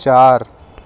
چار